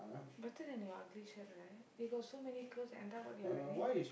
better than your ugly shirt right you got so many clothes end up what you're wearing